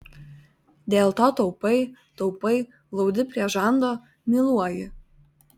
dėl to taupai taupai glaudi prie žando myluoji